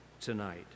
tonight